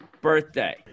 birthday